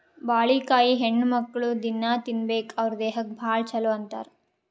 ಬಾಳಿಕಾಯಿ ಹೆಣ್ಣುಮಕ್ಕ್ಳು ದಿನ್ನಾ ತಿನ್ಬೇಕ್ ಅವ್ರ್ ದೇಹಕ್ಕ್ ಭಾಳ್ ಛಲೋ ಅಂತಾರ್